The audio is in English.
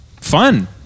Fun